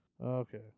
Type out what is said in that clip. Okay